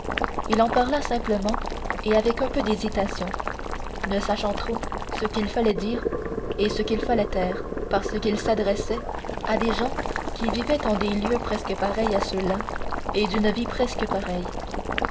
il en parla simplement et avec un peu d'hésitation ne sachant trop ce qu'il fallait dire et ce qu'il fallait taire parce qu'il s'adressait à des gens qui vivaient en des lieux presque pareils à ceux-là et d'une vie presque pareille